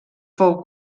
fou